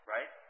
Right